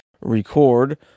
record